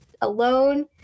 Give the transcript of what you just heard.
alone